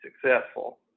successful